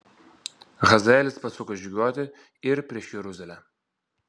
hazaelis pasuko žygiuoti ir prieš jeruzalę